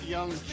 Young